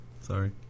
sorry